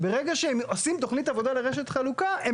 וברגע שהם עושים תכנית עבודה לרשת חלוקה הם